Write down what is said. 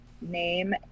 name